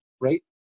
Right